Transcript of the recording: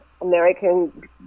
American